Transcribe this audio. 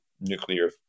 nuclear